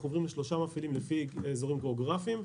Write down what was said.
אנחנו עוברים לשלושה מפעילים לפי אזורים גיאוגרפיים,